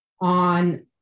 on